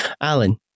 alan